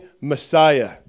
Messiah